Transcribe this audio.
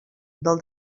del